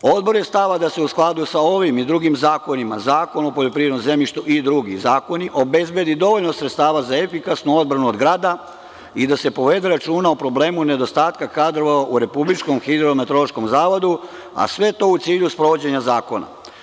Odbor je stava da se u skladu sa ovim i drugim zakonima, Zakon o poljoprivrednom zemljištu i drugi zakoni, obezbedi dovoljno sredstava za efikasnu odbranu od grada i da se povede računa o problemu nedostatka kadrova u Republičkom Hidrometeorološkom zavodu, a sve to u cilju sprovođenja zakona.